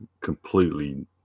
completely